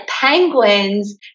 penguins